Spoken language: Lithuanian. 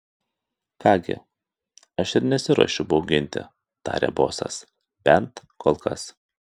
ką gi aš ir nesiruošiu bauginti tarė bosas bent kol kas